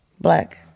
Black